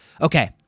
Okay